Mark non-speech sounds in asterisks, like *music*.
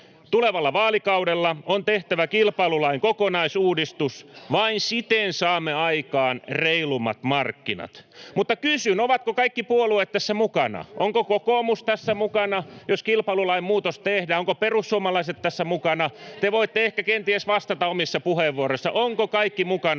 Tulevalla vaalikaudella on tehtävä kilpailulain kokonaisuudistus. Vain siten saamme aikaan reilummat markkinat. Mutta kysyn: Ovatko kaikki puolueet tässä mukana? Onko Kokoomus tässä mukana, jos kilpailulain muutos tehdään? Onko Perussuomalaiset tässä mukana? *noise* Te voitte ehkä kenties vastata omissa puheenvuoroissanne: ovatko kaikki mukana